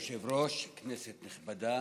אדוני היושב-ראש, כנסת נכבדה,